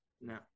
No